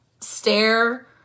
stare